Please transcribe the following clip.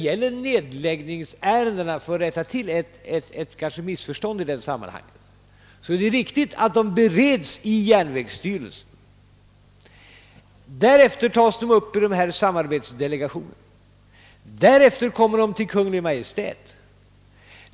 För att rätta till ett missförstånd i detta sammanhang vill jag säga att det är riktigt att nedläggningsärendena beredes i järnvägsstyrelsen. Därefter tas de upp av samarbetsdelegationen och sedan behandlas de av Kungl. Maj:t.